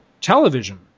television